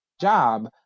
job